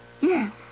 Yes